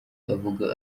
avuga